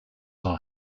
are